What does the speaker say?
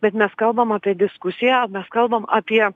bet mes kalbam apie diskusiją o mes kalbam apie